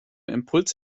impuls